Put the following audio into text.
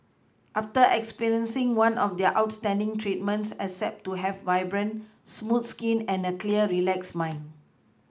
after experiencing one of their outstanding treatments expect to have vibrant smooth skin and a clear relaxed mind